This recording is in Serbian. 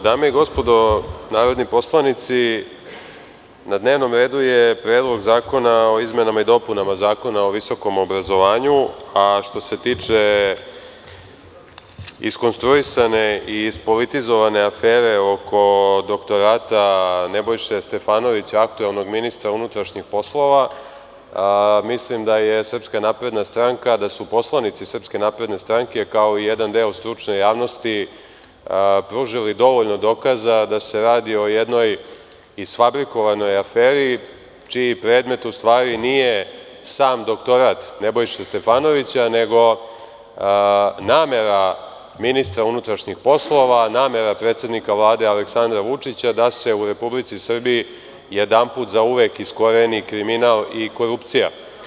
Dame i gospodo narodni poslanici, na dnevnom redu je Predlog zakona o izmenama i dopunama Zakona o visokom obrazovanju, a što se tiče iskonstruisane i ispolitizovane afere oko doktorata Nebojše Stefanovića, aktuelnog ministra unutrašnjih poslova, mislim da su poslanici SNS, kao i jedan deo stručne javnosti, pružili dovoljno dokaza da se radi o jednoj isfabrikovanoj aferi čiji predmet u stvari nije sam doktorat Nebojše Stefanovića, nego namera ministra unutrašnjih poslova, namera predsednika Vlade Aleksandra Vučića da se u Republici Srbiji jedanput zauvek iskoreni kriminal i korupcija.